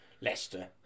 Leicester